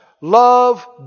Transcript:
Love